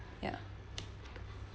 ya